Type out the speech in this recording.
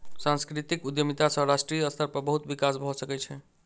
सांस्कृतिक उद्यमिता सॅ राष्ट्रीय स्तर पर बहुत विकास भ सकै छै